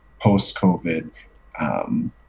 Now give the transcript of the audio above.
post-COVID